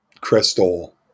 Crystal